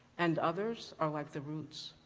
and others are like the roots.